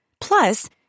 Plus